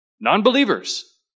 non-believers